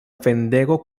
fendego